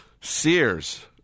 Sears